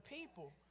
people